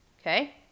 Okay